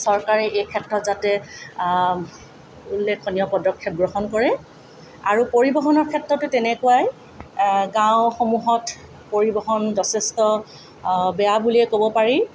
চৰকাৰে এই ক্ষেত্ৰত যাতে উল্লেখনীয় পদক্ষেপ গ্ৰহণ কৰে আৰু পৰিবহণৰ ক্ষেত্ৰতো তেনেকুৱাই গাঁওসমূহত পৰিবহণ যথেষ্ট বেয়া বুলিয়ে ক'ব পাৰি